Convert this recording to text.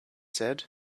said